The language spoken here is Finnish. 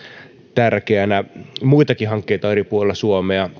tärkeänä muitakin hankkeita on eri puolella suomea